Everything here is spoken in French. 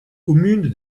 commune